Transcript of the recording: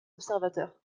observateurs